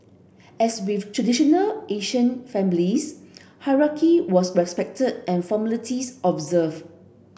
as with traditional Asian families hierarchy was respected and formalities observed